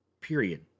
Period